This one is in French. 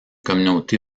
communauté